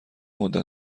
مدت